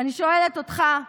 אני שואלת אותך,